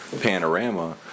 panorama